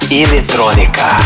eletrônica